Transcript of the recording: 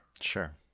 Sure